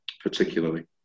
particularly